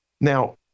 Now